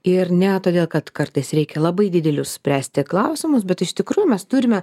ir ne todėl kad kartais reikia labai didelius spręsti klausimus bet iš tikrųjų mes turime